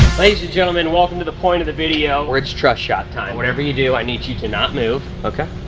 ladies and gentlemen, welcome to the point of the video. where it's trust shot time. whatever you do, i need you to not move. ok.